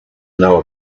know